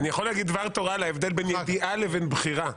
אני יכול להגיד דבר תורה על ההבדל בין ידיעה לבין בחירה,